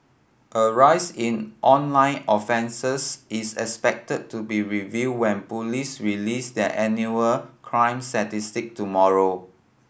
a rise in online offences is expected to be revealed when police release their annual crime tomorrow